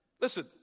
Listen